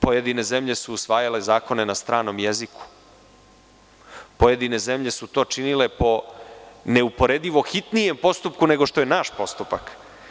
Pojedine zemljesu usvajale zakone na stranom jeziku, pojedine zemlje su to činile po neuporedivo hitnijem postupku nego što je naš postupak.